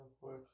quick